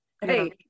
hey